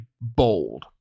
bold